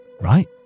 right